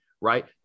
right